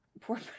Poor